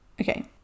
Okay